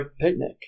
picnic